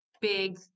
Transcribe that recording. big